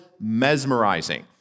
mesmerizing